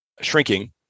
shrinking